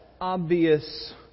obvious